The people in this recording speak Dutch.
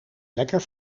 lekker